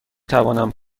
توانم